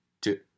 two